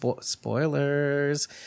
spoilers